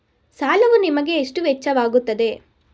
ಸಾಲವು ನಿಮಗೆ ಎಷ್ಟು ವೆಚ್ಚವಾಗುತ್ತದೆ?